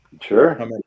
Sure